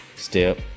step